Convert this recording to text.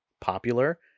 popular